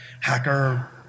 hacker